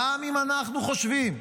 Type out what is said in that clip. גם אם אנחנו חושבים,